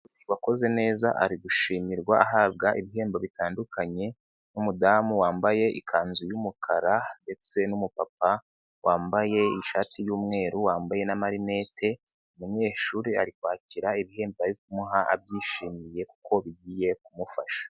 Uwakoze neza ari gushimirwa ahabwa ibihembo bitandukanye, n'umudamu wambaye ikanzu y'umukara ndetse numu papa wambaye ishati y'umweru wambaye n'amarineti, umunyeshuri ari kwakira ibihembo bari kumuha abyishimiye kuko bigiye kumufasha.